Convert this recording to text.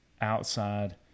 outside